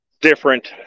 Different